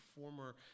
former